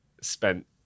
spent